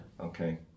Okay